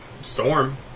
Storm